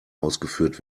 ausgeführt